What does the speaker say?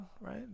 right